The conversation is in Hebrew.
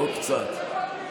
לא קצת.